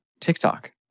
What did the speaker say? TikTok